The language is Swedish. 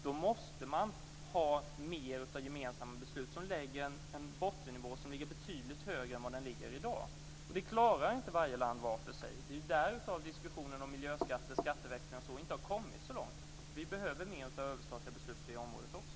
Då måste man ha mer av gemensamma beslut så att vi får en bottennivå som ligger betydligt högre än i dag. Det klarar inte varje land för sig. Det är därför diskussionen om miljöskatter, skatteväxling och så inte har kommit så långt. Vi behöver mer av överstatliga beslut på det området också.